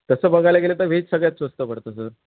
तसं बघायला गेलं तर वेज सगळ्यात स्वस्त पडतं सर